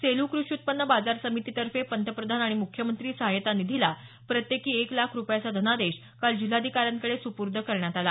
सेलू कृषी उत्पन्न बाजार समितीतर्फे पंतप्रधान आणि मुख्यमंत्री सहाय्यता निधीला प्रत्येकी एक लाख रुपयाचा धनादेश काल जिल्हाधिकाऱ्यांकडे सुपुर्द करण्यात आला